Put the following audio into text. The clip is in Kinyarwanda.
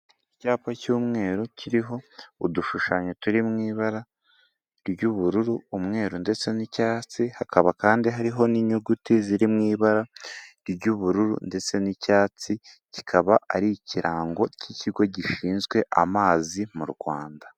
Icyapa cy'umweru kiriho udushushanyo turi mu ibara ry'ubururu umwe ndetse n'icyatsi, hakaba kandi hariho n'inyuguti ziri mu ibara ry'ubururu ndetse n'icyatsi, kikaba ari ikirango cy'ikigo gishinzwe amazi mu Rwanda.